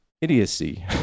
idiocy